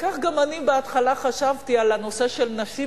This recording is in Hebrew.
כך גם אני חשבתי בהתחלה על הנושא של נשים,